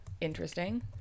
Interesting